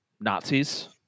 nazis